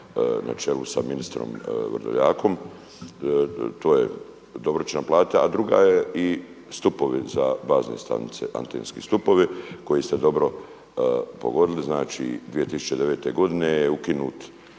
na čelu sa ministrom Vrdoljak. To je …/Govornik se ne razumije./… a druga je i stupovi za bazne stanice, antenski stupovi koji ste dobro pogodili. Znači, 2009. godine je ukinuta